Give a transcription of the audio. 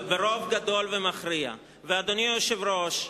אדוני היושב-ראש,